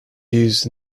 used